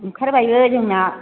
ओंखारबायबो जोंना